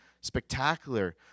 spectacular